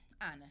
Anna